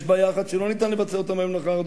יש בעיה אחת שאין אפשרות לבצע אותה מהיום למחר,